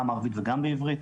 גם ערבית וגם בעברית.